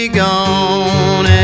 gone